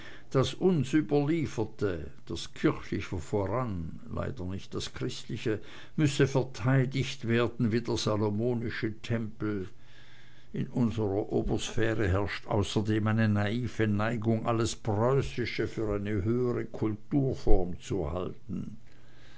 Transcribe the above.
das uns überlieferte das kirchliche voran leider nicht das christliche müsse verteidigt werden wie der salomonische tempel in unserer obersphäre herrscht außerdem eine naive neigung alles preußische für eine höhere kulturform zu halten